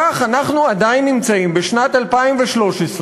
כך אנחנו עדיין נמצאים בשנת 2013,